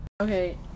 Okay